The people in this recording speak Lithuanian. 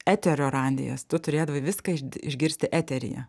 eterio radijas tu turėdavai viską išgirsti eteryje